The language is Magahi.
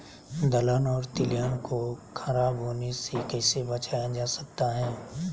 दलहन और तिलहन को खराब होने से कैसे बचाया जा सकता है?